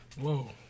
Whoa